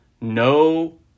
no